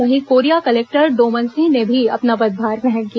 वहीं कोरिया कलेक्टर डोमन सिंह ने भी अपना पदभार ग्रहण किया